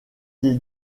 des